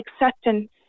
acceptance